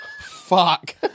Fuck